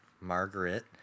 Margaret